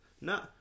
No